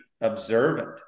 observant